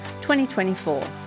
2024